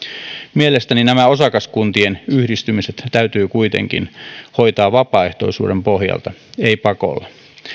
mielestäni nämä osakaskuntien yhdistymiset täytyy kuitenkin hoitaa vapaaehtoisuuden pohjalta ei pakolla